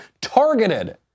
targeted